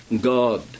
God